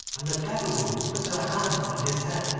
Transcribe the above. and the beggar-woman put her hand on his head,